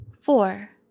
four